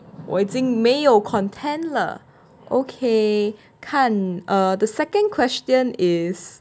我已经没有 content 了 okay 看 err the second question is